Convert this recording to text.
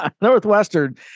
Northwestern